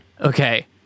okay